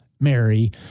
mary